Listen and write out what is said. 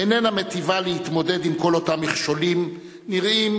איננה מיטיבה להתמודד עם כל אותם מכשולים נראים